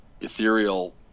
ethereal